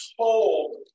told